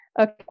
Okay